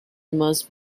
must